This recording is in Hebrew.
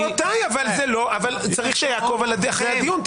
רבותיי, אבל צריך לעקוב אחרי הדיון.